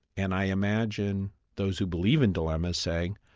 and i imagine those who believe in dilemmas saying,